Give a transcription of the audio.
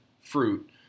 fruit